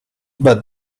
but